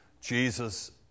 Jesus